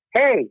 Hey